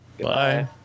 Bye